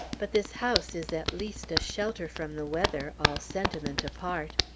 but this house is at least a shelter from the weather, all sentiment apart.